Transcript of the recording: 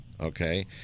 okay